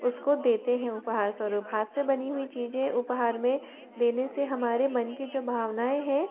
उसको देते है उपहारस्वरुप हाथ से बनी हुई चीज़ें उपहार में देने से हमारे मन की जो भावनाएं हैं